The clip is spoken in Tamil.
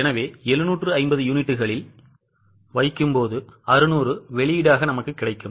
எனவே 750 யூனிட்டுகளில் வைக்கும்போது 600 வெளியீடு கிடைக்கும்